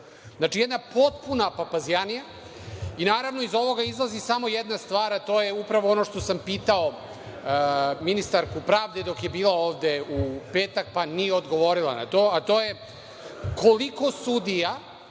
Znači, jedna potpuna papazjanija. Naravno, iz ovoga izlazi samo jedna stvar, a to je upravo ono što sam pitao ministarku pravde dok je bila ovde u petak, pa nije odgovorila, a to je koliko sudija